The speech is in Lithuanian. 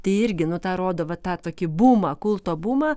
tai irgi nu tą rodo va tą tokį bumą kulto bumą